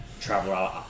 Traveler